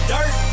Dirt